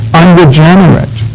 unregenerate